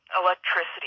electricity